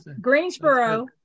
Greensboro